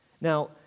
Now